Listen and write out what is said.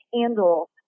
handle